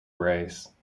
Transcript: race